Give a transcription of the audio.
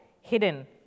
hidden